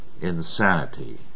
insanity